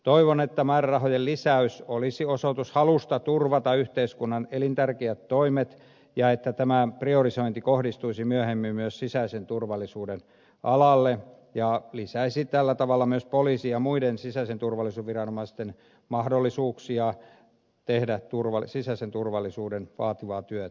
toivon että määrärahojen lisäys olisi osoitus halusta turvata yhteiskunnan elintärkeät toimet ja että tämä priorisointi kohdistuisi myöhemmin myös sisäisen turvallisuuden alalle ja lisäisi tällä tavalla myös poliisin ja muiden sisäisen turvallisuuden viranomaisten mahdollisuuksia tehdä sisäisen turvallisuuden vaativaa työtä